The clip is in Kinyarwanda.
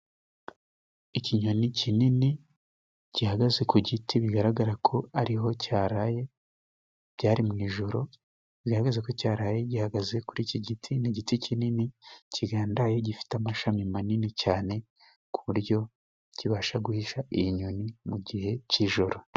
Ikinyoni kinini gihagaze ku giti bigaragara ko ariho cyaraye, byari mu joro rihagaze ko cyaraye gihagaze kuri iki giti, ni igiti kinini kigandaye gifite amashami manini cyane kuburyo kibasha guhisha iyi nyoni mu gihe cy'ijoro.